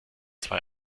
zwei